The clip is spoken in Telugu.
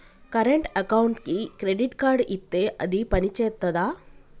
కరెంట్ అకౌంట్కి క్రెడిట్ కార్డ్ ఇత్తే అది పని చేత్తదా?